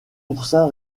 oursin